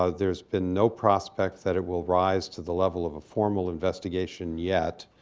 ah there's been no prospect that it will rise to the level of a formal investigation yet.